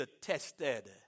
tested